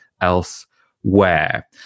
elsewhere